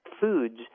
foods